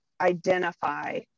identify